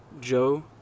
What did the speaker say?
Joe